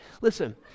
Listen